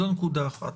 זו נקודה אחת.